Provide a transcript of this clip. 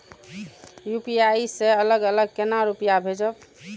UPI से अलग अलग केना रुपया भेजब